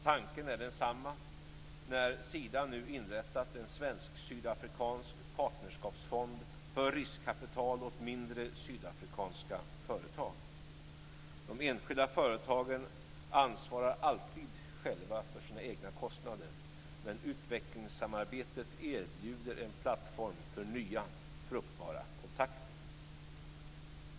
Tanken är densamma när Sida nu har inrättat en svensk-sydafrikansk partnerskapsfond för riskkapital åt mindre sydafrikanska företag. De enskilda företagen ansvarar alltid själva för sina egna kostnader, men utvecklingssamarbetet erbjuder en plattform för nya fruktbara kontakter.